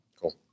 Cool